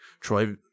Troy